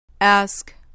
Ask